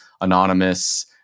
anonymous